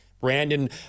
Brandon